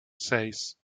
seis